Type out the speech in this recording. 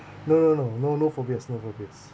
no no no no no phobias no phobias